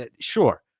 Sure